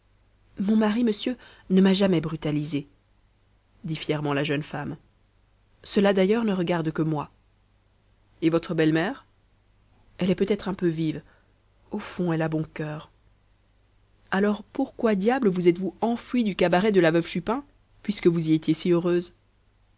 mon mari monsieur ne m'a jamais brutalisée dit fièrement la jeune femme cela d'ailleurs ne regarde que moi et votre belle-mère elle est peut-être un peu vive au fond elle a bon cœur alors pourquoi diable vous êtes-vous enfuie du cabaret de la veuve chupin puisque vous y étiez si heureuse